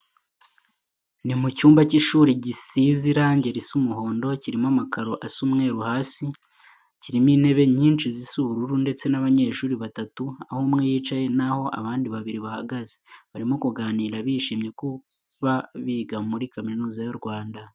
Ni mu cyumba cy'ishuri gisize irange risa umuhondo, kirimo amakaro asa umweru hasi. Kirimo intebe nyinshi zisa ubururu ndetse n'abanyeshuri batatu, aho umwe yicaye naho abandi babiri bahagaze. Barimo kuganira bishimira kuba biga muri Kaminuza y'u Rwanda.